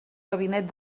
gabinet